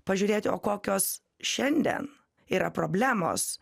pažiūrėti o kokios šiandien yra problemos